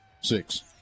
Six